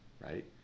right